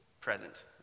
present